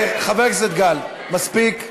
חבר הכנסת גל, מספיק.